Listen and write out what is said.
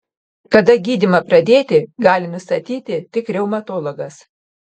kada gydymą pradėti gali nustatyti tik reumatologas